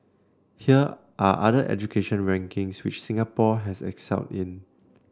here are other education rankings which Singapore has excelled in